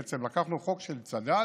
בעצם לקחנו חוק של צד"ל,